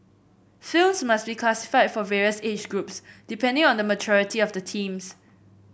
films must be classified for various age groups depending on the maturity of the themes